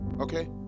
okay